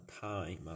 time